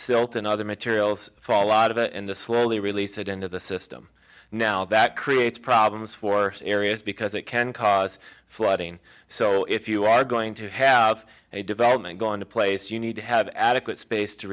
silt and other materials for a lot of it in the slowly release it into the system now that creates problems for areas because it can cause flooding so if you are going to have a development going to place you need to have adequate space to